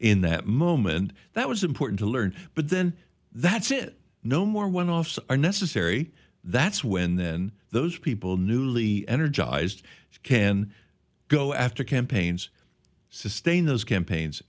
in that moment that was important to learn but then that's it no more when offs are necessary that's when then those people newly energized can go after campaigns sustain those campaigns